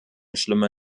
schlimme